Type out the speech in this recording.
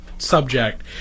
subject